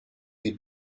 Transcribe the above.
die